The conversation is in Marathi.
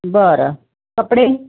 बरं कपडे